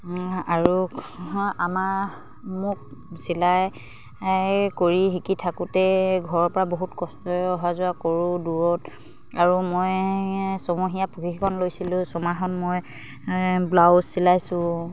আৰু আমাৰ মোক চিলাই কৰি শিকি থাকোঁতে ঘৰৰপৰা বহুত কষ্টৰে অহা যোৱা কৰোঁ দূৰত আৰু মই ছমহীয়া প্ৰশিক্ষণ লৈছিলোঁ ছমাহত মই ব্লাউজ চিলাইছোঁ